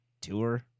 Tour